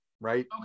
right